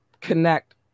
connect